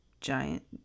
giant